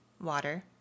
water